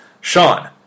Sean